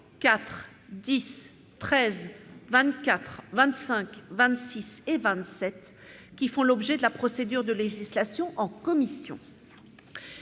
4, 10, 13, 24, 25, 26 et 27, qui font l'objet de la procédure de législation en commission.